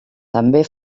també